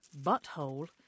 butthole